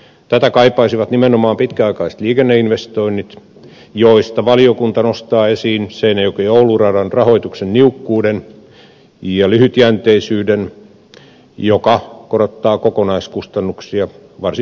tätä kaipaisivat nimenomaan pitkäaikaiset liikenneinvestoinnit joista valiokunta nostaa esiin seinäjokioulu radan rahoituksen niukkuuden ja lyhytjänteisyyden joka korottaa kokonaiskustannuksia varsin merkittävästi